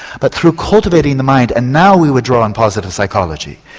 but through cultivating the mind and now we would draw on positive psychology,